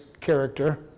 character